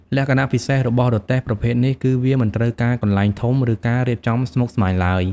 លក្ខណៈពិសេសរបស់រទេះប្រភេទនេះគឺវាមិនត្រូវការកន្លែងធំ ឬការរៀបចំស្មុគស្មាញឡើយ។